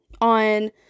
on